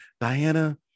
diana